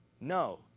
No